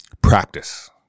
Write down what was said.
Practice